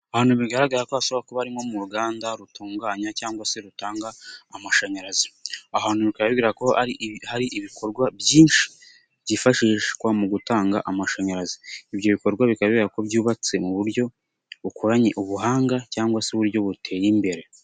Abantu bigaragara ko hashobora kuba ari mu ruganda rutunganya cyangwa se rutanga amashanyarazi, ahantu bigaragara ko hari ibikorwa byinshi byifashishwa mu gutanga amashanyarazi, ibyo bikorwa byubatse mu buryo bukoranye ubuhanga cyangwa se uburyo buteye imbere.